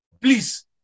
Please